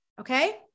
Okay